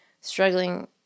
struggling